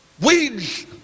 Weeds